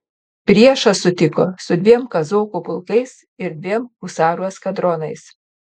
priešą sutiko su dviem kazokų pulkais ir dviem husarų eskadronais